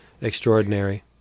extraordinary